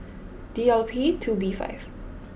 D L P two B five